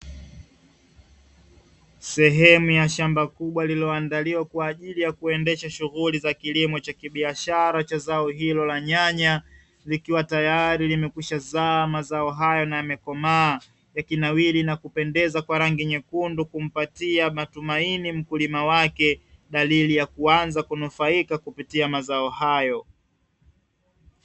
Sehemu ya shamba kubwa lililoandaliwa kwa ajili ya kuendesha shughuli za kilimo cha kibiashara cha zao hilo la nyanya, likiwa tayari limekwisha zaa mazao hayo na yamekomaa yakinawiri na kupendeza kwa rangi nyekundu, kumpatia matumaini mkulima wake; dalili ya kuanza kunufaika kupitia mazoa hayo.